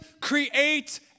create